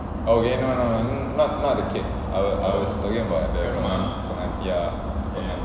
okay no no not not the cake I was talking about